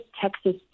Texas